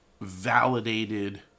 Validated